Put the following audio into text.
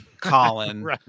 Colin